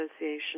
Association